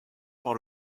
par